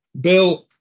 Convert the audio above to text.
Bill